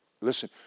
Listen